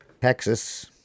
Texas